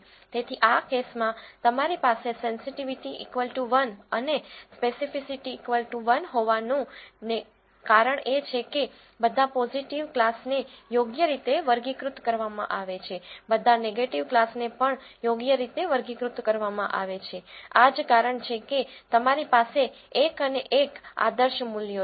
તેથી આ કેસમાં તમારી પાસે સેન્સીટીવીટી 1 અને સ્પેસીફીસીટી 1 હોવાનું કારણ એ છે કે બધા પોઝીટીવ ક્લાસને યોગ્ય રીતે વર્ગીકૃત કરવામાં આવે છે બધા નેગેટીવ ક્લાસને પણ યોગ્ય રીતે વર્ગીકૃત કરવામાં આવે છે આ જ કારણ છે કે તમારી પાસે એક અને એક આદર્શ મૂલ્યો છે